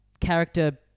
character